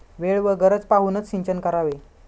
वेळ व गरज पाहूनच सिंचन करावे